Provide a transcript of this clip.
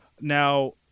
Now